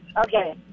Okay